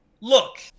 Look